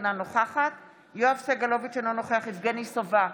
אינה נוכחת יואב סגלוביץ' אינו נוכח יבגני סובה,